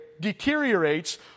deteriorates